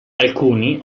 alcuni